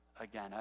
again